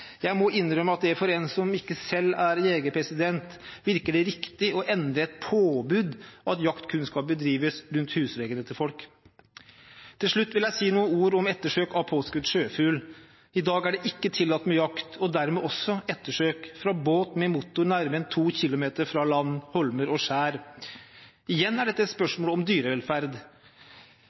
Jeg må innrømme at det for en som ikke selv er jeger, virker riktig å endre et påbud om at jakt kun skal bedrives rundt husveggene til folk. Til slutt vil jeg si noen ord om ettersøk av påskutt sjøfugl. I dag er det ikke tillatt med jakt – og dermed også ettersøk – fra båt med motor nærmere enn 2 kilometer fra land, holmer og skjær. Igjen er dette et spørsmål om dyrevelferd